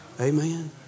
Amen